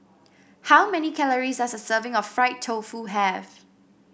how many calories does a serving of Fried Tofu have